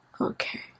Okay